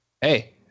hey